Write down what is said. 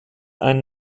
ein